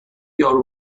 یارو